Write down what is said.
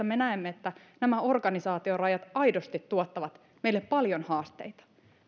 me näemme että nämä organisaatiorajat aidosti tuottavat meille paljon haasteita haastetta